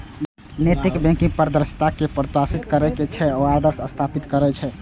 नैतिक बैंकिंग पारदर्शिता कें प्रोत्साहित करै छै आ आदर्श स्थापित करै छै